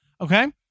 Okay